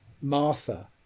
martha